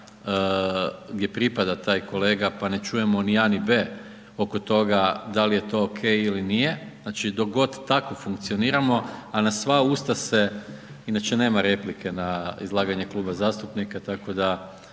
gdje pripada taj kolega pa ne čujemo ni a ni b oko toga da li je to ok ili nije. Znači dok god tako funkcioniramo a na sva usta se, inače nema replike na izlaganje kluba zastupnika tako da